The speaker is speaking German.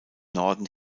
norden